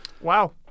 Wow